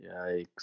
yikes